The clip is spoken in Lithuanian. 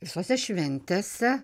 visose šventėse